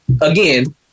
again